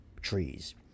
trees